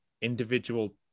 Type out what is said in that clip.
individual